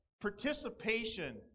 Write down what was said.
participation